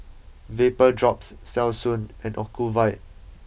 VapoDrops Selsun and Ocuvite